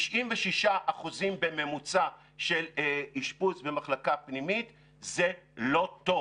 96% בממוצע של אשפוז במחלקה פנימית זה לא טוב,